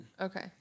Okay